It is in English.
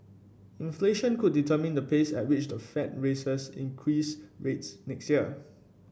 inflation could determine the pace at which the fed raises increase rates next year